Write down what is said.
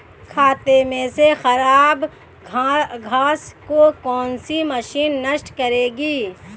खेत में से खराब घास को कौन सी मशीन नष्ट करेगी?